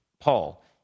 Paul